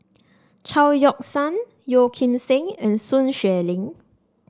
Chao Yoke San Yeo Kim Seng and Sun Xueling